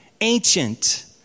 ancient